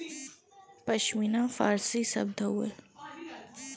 पश्मीना फारसी शब्द हउवे